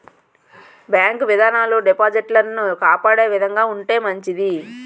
bank విధానాలు డిపాజిటర్లను కాపాడే విధంగా ఉంటే మంచిది